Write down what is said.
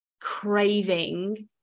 craving